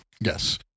Yes